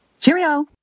Cheerio